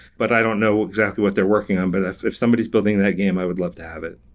but i don't know exactly what they're working on. but if if somebody is building that game, i would love to have it.